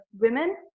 women